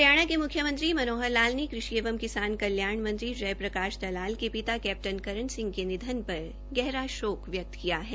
हरियाणा के मुख्यमंत्री श्री मनोहर लाल ने कृषि एवं किसान कल्याण मंत्री श्री जय प्रकाश दलाल के पिता कैप्टन श्री करण सिंह के निधन पर गहरा शोक व्यक्त किया है